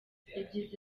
yagize